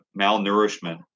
malnourishment